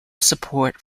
support